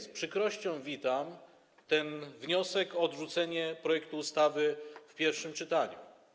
Z przykrością witam ten wniosek o odrzucenie projektu ustawy w pierwszym czytaniu.